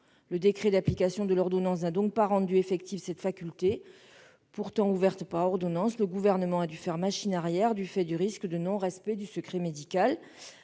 Le décret d'application de l'ordonnance n'a donc pas rendu effective cette faculté pourtant ouverte par ordonnance. Le Gouvernement a dû faire machine arrière, du fait du risque de non-respect du secret médical.